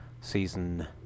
season